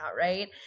right